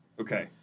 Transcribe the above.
Okay